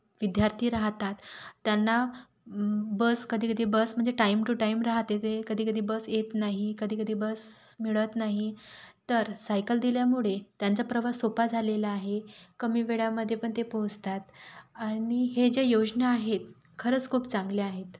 विद्यार्थी राहतात त्यांना बस कधी कधी बस म्हणजे टाइम टू टाइम राहते ते कधी कधी बस येत नाही कधी कधी बस मिळत नाही तर सायकल दिल्यामुळे त्यांचा प्रवास सोपा झालेला आहे कमी वेळामध्ये पण ते पोहोचतात आणि हे जे योजना आहेत खरंच खूप चांगल्या आहेत